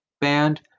band